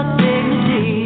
dignity